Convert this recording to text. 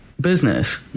business